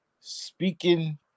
speaking